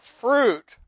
fruit